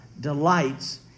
delights